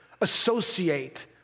associate